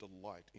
delight